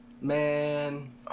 Man